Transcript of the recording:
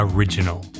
Original